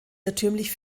irrtümlich